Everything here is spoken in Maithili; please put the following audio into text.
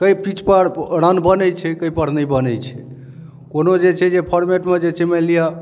कोन पीच पर रन बनै छै कोन पर नहि बनै छै कोनो जे छै से फोर्मेटमे जे छै से मानि लिअ